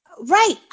Right